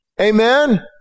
Amen